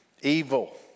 evil